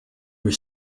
were